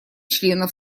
членов